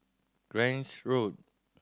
Grange Road